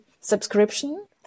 subscription